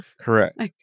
Correct